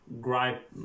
Gripe